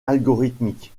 algorithmique